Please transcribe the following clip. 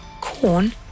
Corn